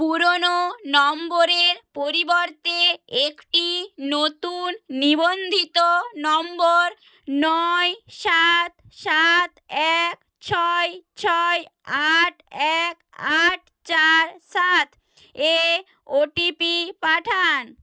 পুরনো নম্বরের পরিবর্তে একটি নতুন নিবন্ধিত নম্বর নয় সাত সাত এক ছয় ছয় আট এক আট চার সাত এ ওটিপি পাঠান